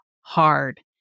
hard